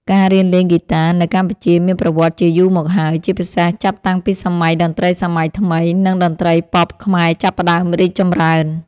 ការរៀនលេងហ្គីតានៅកម្ពុជាមានប្រវត្តិជាយូរមកហើយ ជាពិសេសចាប់តាំងពីសម័យតន្ត្រីសម័យថ្មី និងតន្ត្រីប៉ុបខ្មែរចាប់ផ្តើមរីកចម្រើន។